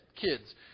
Kids